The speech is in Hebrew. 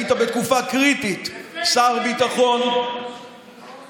היית שר ביטחון בתקופה קריטית.